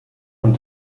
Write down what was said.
von